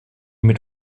mit